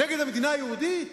נגד המדינה היהודית?